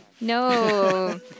No